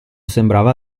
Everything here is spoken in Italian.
sembrava